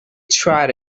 tried